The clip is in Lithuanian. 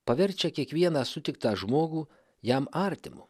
paverčia kiekvieną sutiktą žmogų jam artimu